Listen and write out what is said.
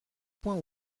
point